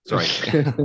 sorry